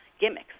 gimmicks